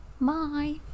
bye